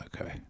Okay